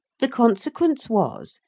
the consequence was,